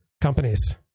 companies